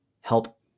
help